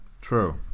True